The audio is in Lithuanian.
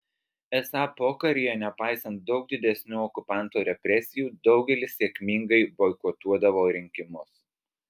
esą pokaryje nepaisant daug didesnių okupanto represijų daugelis sėkmingai boikotuodavo rinkimus